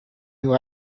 who